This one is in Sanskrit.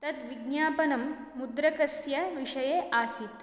तत् विज्ञापनं मुद्रकस्य विषये आसीत्